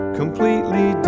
completely